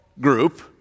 group